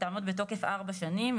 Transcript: שתעמוד בתוקף למשך ארבע שנים,